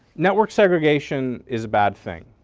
network segregation is a bad thing,